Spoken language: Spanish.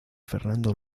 fernando